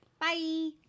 Bye